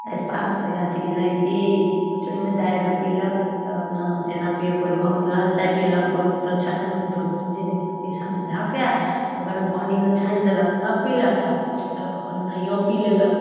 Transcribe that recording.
तेजपात अथी इलाइची किछु ओहिमे डालिके पिलक तऽ जेना पिअब कोइ बहुत लाल चाइ पिलक बहुत छन्नामे दूध चिन्नी पत्तीसब धऽ कऽ तब गरम पानीमे छानि देलक तब पिलक आओर किछु तऽ अपन ओनाहिओ पी लेलक